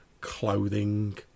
clothing